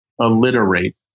alliterate